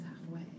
halfway